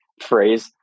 phrase